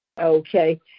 Okay